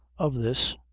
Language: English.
of this,